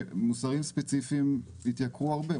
מוצרים ספציפיים התייקרו הרבה,